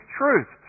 truth